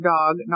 dog